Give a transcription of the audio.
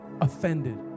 Offended